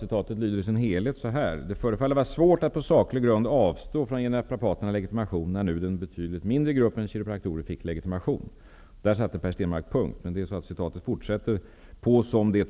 Citatet lyder i sin helhet: ''Det förefaller vara svårt att på saklig grund avstå från att ge naprapaterna legitimation när nu den betydligt mindre gruppen kiropraktorer fick legitimation --.'' Där satte Per Stenmarck punkt. Men citatet fortsätter: ''-- på som det